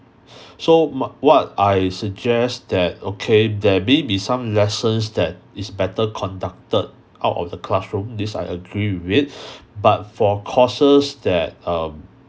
so my what I suggest that okay there may be some lessons that is better conducted out of the classroom this I agree with it but for courses that um